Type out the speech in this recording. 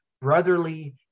brotherly